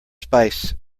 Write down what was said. spice